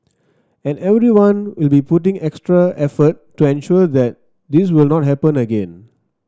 and everyone will be putting extra effort to ensure that this will not happen again